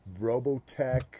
Robotech